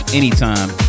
anytime